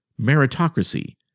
meritocracy